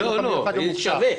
לא, זה יהיה שווה.